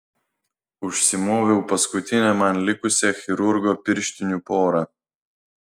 užsimoviau paskutinę man likusią chirurgo pirštinių porą